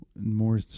more